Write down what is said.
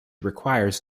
requires